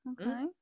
okay